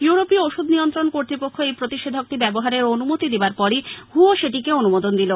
ইউরোপীয় ওষুধ নিয়ন্ত্রণ কর্তৃপক্ষ এই প্রতিষেধকটি ব্যবহারের অনুমতি দেবার পরই হুও সেটিকে অনুমোদন দিল